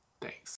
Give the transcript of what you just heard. thanks